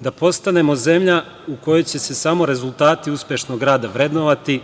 da postanemo zemlja u kojoj će se samo rezultati uspešnog rada vrednovati